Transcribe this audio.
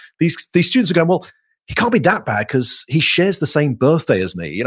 these these students are going, well he can't be that bad because he shares the same birthday as me. yeah